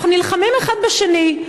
אנחנו נלחמים אחד בשני,